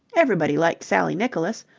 everybody liked sally nicholas.